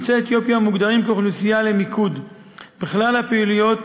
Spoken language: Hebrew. יוצאי אתיופיה מוגדרים כאוכלוסייה למיקוד בכלל הפעילויות